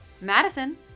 Madison